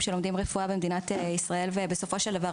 אמריקנים שלומדים רפואה במדינת ישראל ובסופו של דבר